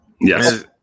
Yes